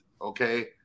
okay